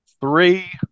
Three